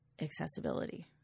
Accessibility